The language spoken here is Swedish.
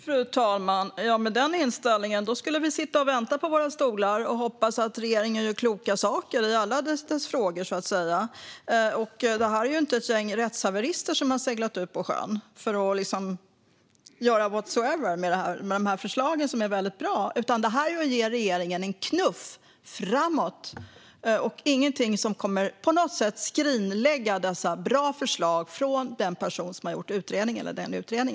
Fru talman! Med den inställningen skulle vi sitta på våra stolar och vänta och hoppas att regeringen gör kloka saker i alla frågor. Det är ju inte ett gäng rättshaverister som har seglat ut på sjön för att liksom göra whatever med de här förslagen, som är väldigt bra. Det här är att ge regeringen en knuff framåt och ingenting som på något sätt kommer att skrinlägga dessa bra förslag från utredningen.